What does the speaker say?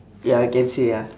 ya I can say ah